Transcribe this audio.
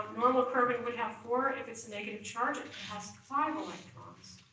normal carbon would have four. and if it's a negative charge it has five electrons.